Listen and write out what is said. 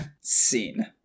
Scene